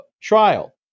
trial